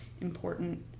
important